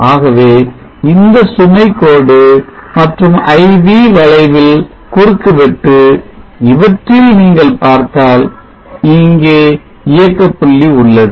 ஆகவே இந்த சுமைகோடு மற்றும் IV வளைவில் குறுக்குவெட்டு இவற்றில் நீங்கள் பார்த்தால் இங்கே இயக்க புள்ளி உள்ளது